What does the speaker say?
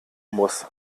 muss